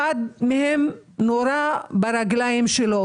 אחד מהם נורה ברגליים שלו,